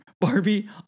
Barbie